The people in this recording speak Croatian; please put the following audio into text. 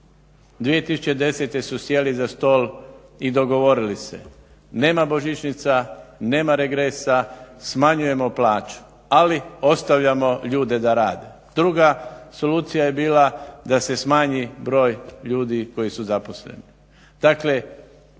2010. su sjeli za stol i dogovorili se – nema božićnica, nema regresa, smanjujemo plaću, ali ostavljamo ljude da rade. Druga solucija je bila da se smanji broj ljudi koji su zaposleni.